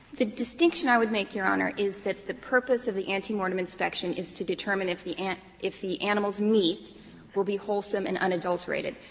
the distinction i would make, your honor, is that the purpose of the ante-mortem inspection is to determine if the and if the animal's meat will be wholesome and unadulterated.